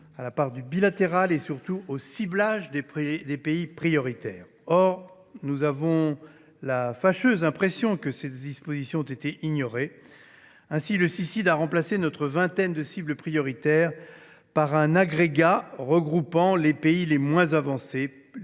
à la part de l’aide bilatérale et surtout au ciblage des pays prioritaires. Or nous avons la fâcheuse impression que ces dispositions ont été ignorées. Ainsi, le Cicid a remplacé notre vingtaine de cibles prioritaires par un agrégat regroupant les pays les moins avancés,